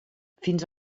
fins